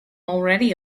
already